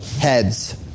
heads